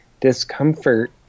discomfort